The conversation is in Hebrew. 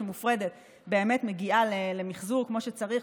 שמופרדת באמת מגיעה למחזור כמו שצריך,